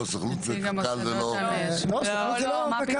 סוכנות וקק"ל זה לא --- לא, סוכנות זה לא קק"ל.